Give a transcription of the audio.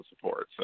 support